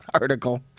article